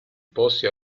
posti